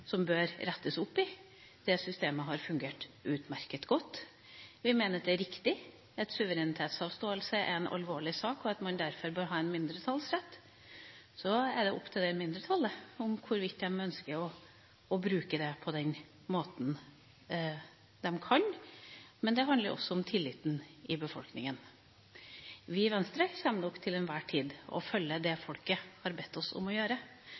som bør rettes på; det systemet har fungert utmerket godt. Vi mener at det er riktig at suverenitetsavståelse er en alvorlig sak, og at man derfor bør ha en mindretallsrett. Så er det opp til det mindretallet om de ønsker å bruke det på den måten de kan. Men det handler også om tilliten i befolkninga. Vi i Venstre kommer nok til enhver tid til å følge det folket har bedt oss om å gjøre,